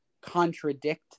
contradict